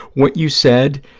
what you said,